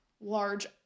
large